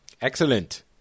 Excellent